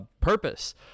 purpose